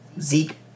Zeke